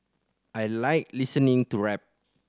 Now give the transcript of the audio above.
I like listening to rap